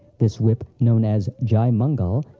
this whip, known as jai mangal,